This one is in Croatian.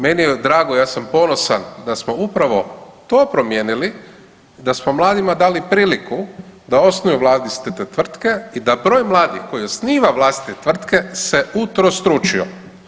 Meni je drago, ja sam ponosan da smo upravo to primijenili da smo mladima dali priliku da osnuju vlastite tvrtke i da broj mladih koji osniva vlastite tvrtke se utrostručio.